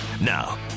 Now